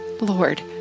Lord